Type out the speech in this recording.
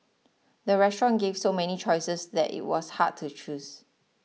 the restaurant gave so many choices that it was hard to choose